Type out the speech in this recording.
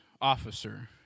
officer